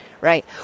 right